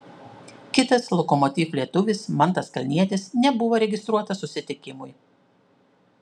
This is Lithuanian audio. kitas lokomotiv lietuvis mantas kalnietis nebuvo registruotas susitikimui